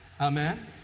Amen